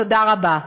תודה רבה.